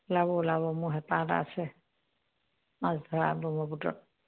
ওলাব ওলাব মোৰ হেপাহ এটা আছে মাছ ধৰা ব্ৰহ্মপুত্ৰত